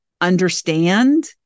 understand